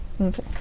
Okay